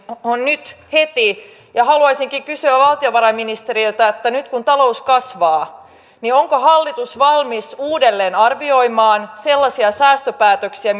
on nyt heti haluaisinkin kysyä valtiovarainministeriltä nyt kun talous kasvaa onko hallitus valmis uudelleen arvioimaan sellaisia säästöpäätöksiä